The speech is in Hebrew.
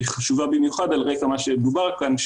והיא חשובה במיוחד על רקע מה שדובר כאן,